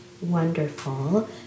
wonderful